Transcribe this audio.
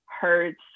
hurts